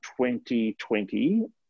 2020